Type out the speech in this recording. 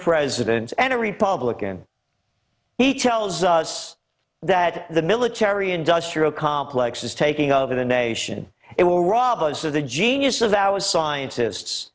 presidents and a republican he tells us that the military industrial complex is taking over the nation it will rob us of the genius of our scien